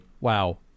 wow